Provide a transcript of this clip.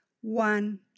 one